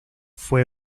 fue